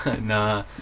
Nah